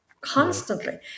constantly